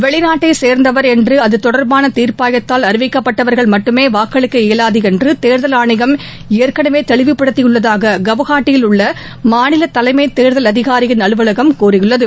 வெளிநாட்டை சேர்ந்தவர் என்று அது தொடர்பான தீர்ப்பாயத்தால் அறிவிக்கப்பட்டவர்கள் மட்டுமே வாக்களிக்க இபலாது என்று தேர்தல் ஆணையம் ஏற்களவே தெளிவுப்படுத்தியுள்ளதாக கவுஹாத்தியில் உள்ள மாநில தலைமை தேர்தல் அதிகாரியின் அலுவலகம் கூறியுள்ளது